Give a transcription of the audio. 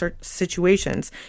situations